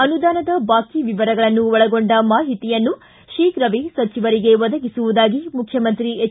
ಅನುದಾನದ ಬಾಕಿ ವಿವರಗಳನ್ನು ಒಳಗೊಂಡ ಮಾಹಿತಿಯನ್ನು ಶೀಘವೇ ಸಚಿವರಿಗೆ ಒದಗಿಸುವುದಾಗಿ ಅವರುಮುಖ್ಯಮಂತ್ರಿ ಎಚ್